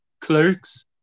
Clerks